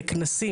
לכנסים,